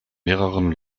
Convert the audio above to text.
mehreren